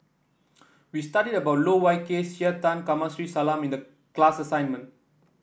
we studied about Loh Wai Kiew Jean Tay Kamsari Salam in the class assignment